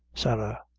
sarah.